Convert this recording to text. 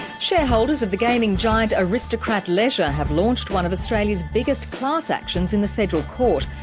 shareholders of the gaming giant, aristocrat leisure have launched one of australia's biggest class actions in the federal court.